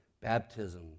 baptism